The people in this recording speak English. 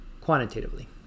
quantitatively